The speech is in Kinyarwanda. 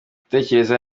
gutekereza